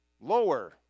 Lower